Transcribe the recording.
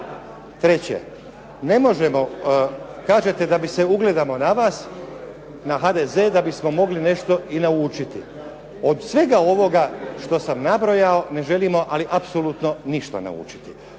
Treće, ne možemo, kažete da se ugledamo na vas, na HDZ, da bismo mogli nešto i naučiti. Od svega ovoga što sam nabrojao ne želimo ali apsolutno ništa naučiti.